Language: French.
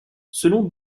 selon